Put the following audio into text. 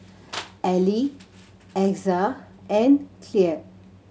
Elie Exa and Kyleigh